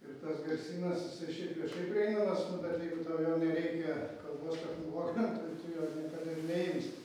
ir tas garsynas jisai šiaip viešai prieinamas nu bet jeigu tau jo nereikia kalbos technologijom tai tu jo niekada ir neimsi